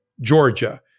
Georgia